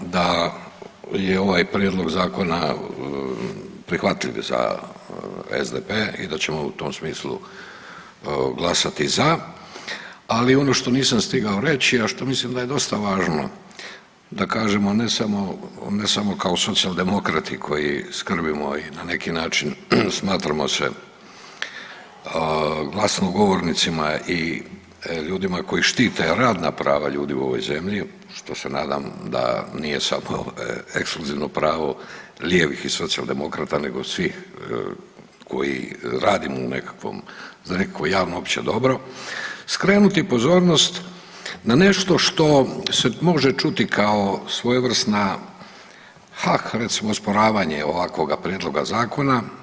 da je ovaj prijedlog zakona prihvatljiv za SDP i da ćemo u tom smislu glasati za, ali ono što nisam stigao reći, a što mislim da je dosta važno da kažemo ne samo kao socijaldemokrati koji skrbimo i na neki način smatramo se glasnogovornicima i ljudima koji štite radna prava u ovoj zemlji, što se nadam da nije samo ekskluzivno pravo lijevih i socijaldemokrata nego svih koji radimo za nekakvo javno opće dobro, skrenuti pozornost na nešto što se može čuti kao svojevrsna, ha recimo osporavanje ovakvoga prijedloga zakona.